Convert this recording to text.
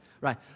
right